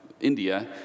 India